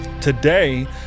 Today